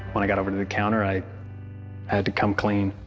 when i got over to the counter, i had to come clean.